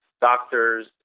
doctors